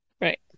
right